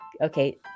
Okay